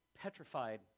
petrified